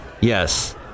Yes